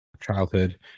childhood